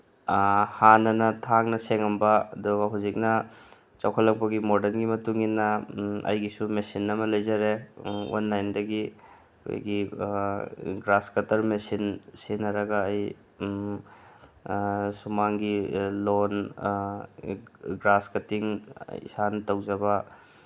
ꯍꯥꯟꯅꯅ ꯊꯥꯡꯅ ꯁꯦꯡꯉꯝꯕ ꯑꯗꯣ ꯍꯧꯖꯤꯛꯅ ꯆꯥꯎꯈꯠꯂꯛꯄꯒꯤ ꯃꯣꯔꯗꯟꯒꯤ ꯃꯇꯨꯡꯏꯟꯅ ꯑꯩꯒꯤꯁꯨ ꯃꯦꯁꯤꯟ ꯑꯃ ꯂꯩꯖꯔꯦ ꯑꯣꯟꯂꯥꯏꯟꯗꯒꯤ ꯑꯩꯈꯣꯏꯒꯤ ꯒ꯭ꯔꯥꯁ ꯀꯠꯇꯔ ꯃꯦꯁꯤꯟ ꯁꯤꯖꯤꯟꯅꯔꯒ ꯑꯩ ꯁꯨꯃꯥꯡꯒꯤ ꯂꯣꯟ ꯒ꯭ꯔꯥꯁ ꯀꯠꯇꯤꯡ ꯏꯁꯥꯅ ꯇꯧꯖꯕ